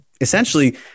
essentially